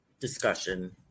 discussion